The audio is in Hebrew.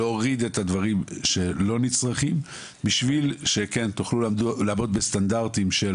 להוריד את הדברים שלא נצרכים בשביל שתוכלו לעמוד בסטנדרטים של